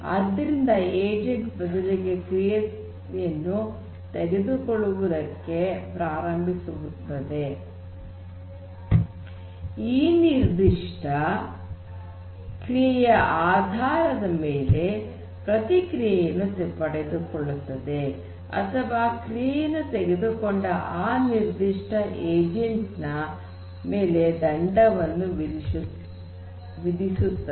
ಆದ್ದರಿಂದ ಏಜೆಂಟ್ ಮೊದಲಿಗೆ ಕ್ರಿಯೆಯನ್ನು ತೆಗೆದುಕೊಳ್ಳುವುದಕ್ಕೆ ಪ್ರಾರಂಭಿಸುತ್ತದೆ ಈ ನಿರ್ಧಿಷ್ಟ ಕ್ರಿಯೆಯ ಆಧಾರದ ಮೇಲೆ ಪ್ರತಿಕ್ರಿಯೆಯನ್ನು ಪಡೆದುಕೊಳ್ಳುತ್ತದೆ ಅಥವಾ ಕ್ರಿಯೆಯನ್ನು ತೆಗೆದುಕೊಂಡ ಆ ನಿರ್ಧಿಷ್ಟ ಏಜೆಂಟ್ ನ ಮೇಲೆ ದಂಡವನ್ನು ವಿಧಿಸುತ್ತದೆ